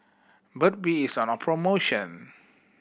Burt Bee is on promotion